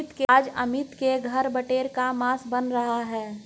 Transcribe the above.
आज अमित के घर बटेर का मांस बन रहा है